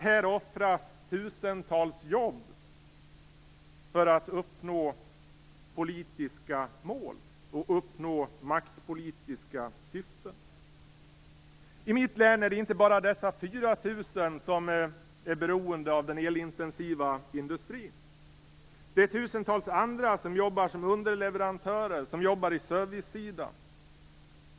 Här offras tusentals jobb för att man skall uppnå politiska mål och maktpolitiska syften. I mitt län är det inte bara dessa 4 000 som är beroende av den elintensiva industrin. Det är också tusentals andra som jobbar som underleverantörer och på servicesidan.